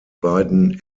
beiden